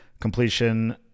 Completion